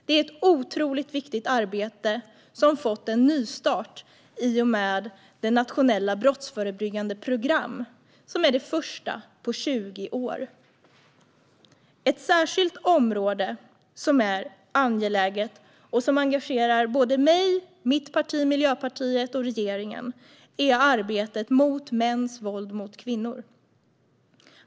Det är ett otroligt viktigt arbete som har fått en nystart i och med det nationella brottsförebyggande program som är det första på 20 år. Ett särskilt område som är angeläget och som engagerar såväl mig och mitt parti Miljöpartiet som regeringen är arbetet mot mäns våld mot kvinnor.